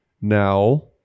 now